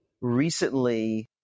recently